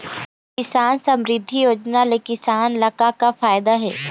किसान समरिद्धि योजना ले किसान ल का का फायदा हे?